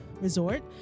resort